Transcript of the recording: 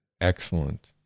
excellent